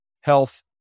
health